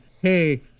hey